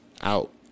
out